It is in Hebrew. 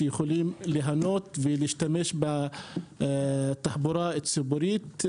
ציבורית כדי שיוכלו ליהנות ולהשתמש בתחבורה ציבורית.